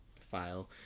File